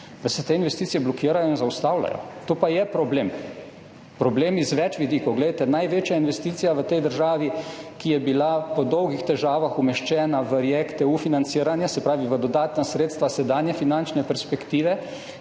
da se te investicije blokirajo in zaustavljajo. To pa je problem, problem z več vidikov. Največja investicija v tej državi, ki je bila po dolgih težavah umeščena v financiranje React-EU, se pravi v dodatna sredstva sedanje finančne perspektive,